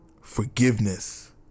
Forgiveness